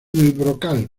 brocal